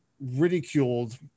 ridiculed